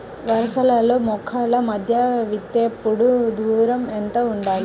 వరసలలో మొక్కల మధ్య విత్తేప్పుడు ఎంతదూరం ఉండాలి?